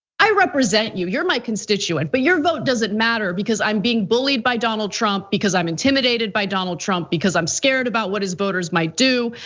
i represent you, you're my constituent, but your vote doesn't matter. because i'm being bullied by donald trump because i'm intimidated by donald trump because i'm scared about what his voters might do.